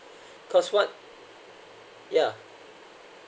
cause what yeah